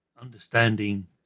understanding